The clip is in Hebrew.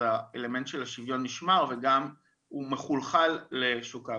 אז האלמנט של השוויון נשמר וגם הוא מחולחל לשוק העבודה.